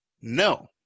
No